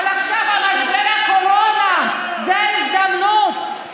אבל עכשיו, משבר הקורונה זה ההזדמנות.